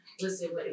Listen